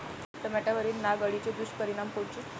टमाट्यावरील नाग अळीचे दुष्परिणाम कोनचे?